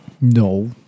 No